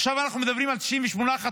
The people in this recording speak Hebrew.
עכשיו אנחנו מדברים על 98 חטופים,